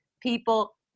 people